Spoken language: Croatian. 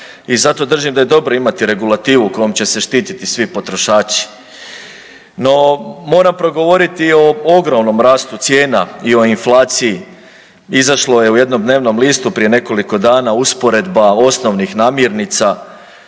I zato držim da je dobro imati regulativu kojom će se štititi svi potrošači. No, moram progovoriti o ogromnom rastu cijena i inflaciji, izašlo je u jednom dnevnom listu prije nekoliko dana usporedba osnovnih namirnica